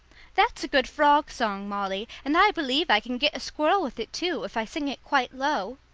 that's a good frog-song, molly, and i believe i can git a squirrel with it, too, if i sing it quite low.